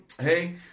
Hey